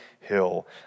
hill